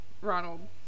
ronald